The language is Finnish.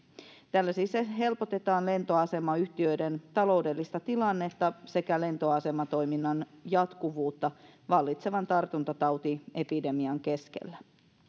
tällä siis helpotetaan lentoasemayhtiöiden taloudellista tilannetta sekä lentoasematoiminnan jatkuvuutta vallitsevan tartuntatautiepidemian keskellä